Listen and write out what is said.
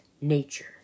nature